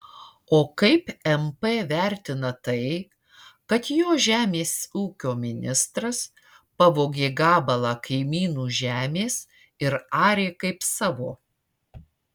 o kaip mp vertina tai kad jo žemės ūkio ministras pavogė gabalą kaimynų žemės ir arė kaip savo